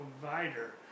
provider